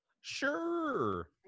Sure